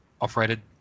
operated